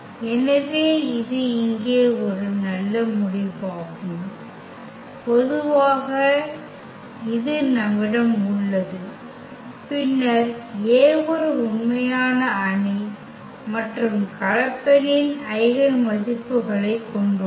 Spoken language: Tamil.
எனவே இது இங்கே ஒரு நல்ல முடிவாகும் பொதுவாக இது நம்மிடம் உள்ளது பின்னர் A ஒரு உண்மையான அணி மற்றும் கலப்பெண்னின் ஐகென் மதிப்புகளைக் கொண்டுள்ளது